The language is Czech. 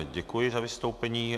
Děkuji za vystoupení.